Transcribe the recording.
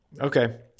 okay